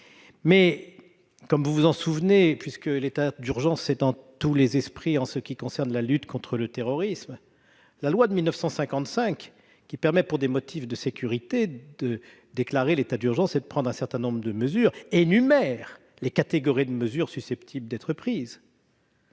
Mais- vous vous en souvenez, puisque l'état d'urgence est dans tous les esprits, pour ce qui concerne la lutte contre le terrorisme -, la loi de 1955, qui permet, pour des motifs de sécurité, de déclarer l'état d'urgence, énumère les catégories de mesures susceptibles d'être prises